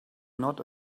not